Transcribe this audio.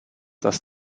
das